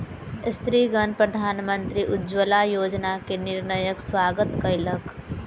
स्त्रीगण प्रधानमंत्री उज्ज्वला योजना के निर्णयक स्वागत कयलक